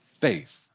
faith